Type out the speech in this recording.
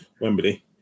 Wembley